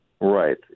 Right